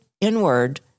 inward